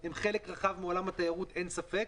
הם חלק רחב מעולם התיירות, אין ספק,